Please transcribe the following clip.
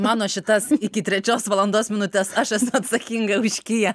mano šitas iki trečios valandos minutes aš esu atsakinga už kiją